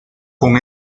con